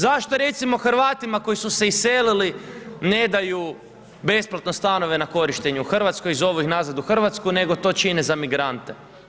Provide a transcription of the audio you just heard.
Zašto recimo Hrvatima koji su se iselili ne daju besplatno stanove na korištenje u Hrvatskoj i zovu ih nazad u Hrvatsku, nego to čine za migrante?